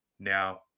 Now